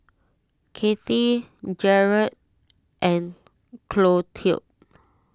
Kathy Gerald and Clotilde